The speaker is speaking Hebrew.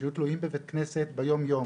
שהיו תלויים בבית כנסת ביום יום,